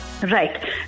Right